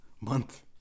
month